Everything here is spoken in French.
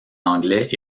anglais